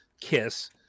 Kiss